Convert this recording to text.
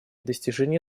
достижения